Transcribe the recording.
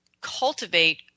cultivate